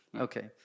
Okay